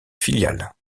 filiales